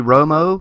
Romo